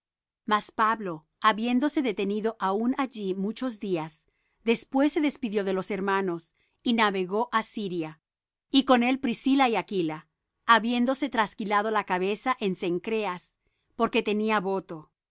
mas pablo habiéndose detenido aún allí muchos días después se despidió de los hermanos y navegó á siria y con él priscila y aquila habiéndose trasquilado la cabeza en cencreas porque tenía voto y